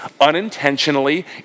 unintentionally